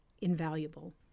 invaluable